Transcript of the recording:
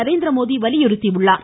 நரேந்திரமோடி வலியுறுத்தியுள்ளனர்